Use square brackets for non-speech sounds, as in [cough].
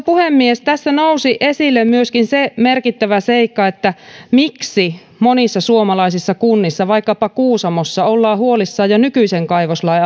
[unintelligible] puhemies tässä nousi esille myöskin se merkittävä seikka että miksi monissa suomalaisissa kunnissa vaikkapa kuusamossa ollaan huolissaan jo nykyisen kaivoslain